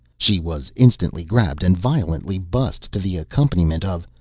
she was instantly grabbed and violently bussed to the accompaniment of,